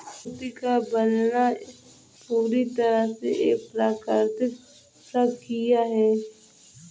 मोती का बनना पूरी तरह से एक प्राकृतिक प्रकिया है